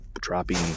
dropping